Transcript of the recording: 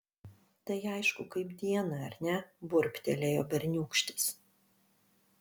tai aišku kaip dieną ar ne burbtelėjo berniūkštis